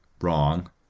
Wrong